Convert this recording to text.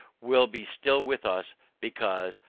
will be still with us because,